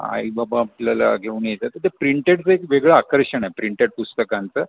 आई बाबा आपल्याला घेऊन यायचं तर ते प्रिंटेडचं एक वेगळं आकर्षण आहे प्रिंटेड पुस्तकांचं